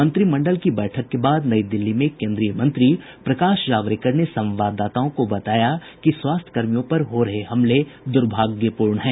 मंत्रिमंडल की बैठक के बाद नई दिल्ली में केंद्रीय मंत्री प्रकाश जावडेकर ने संवाददाताओं को बताया कि स्वास्थ्य कर्मियों पर हो रहे हमले दुर्भाग्यपूर्ण हैं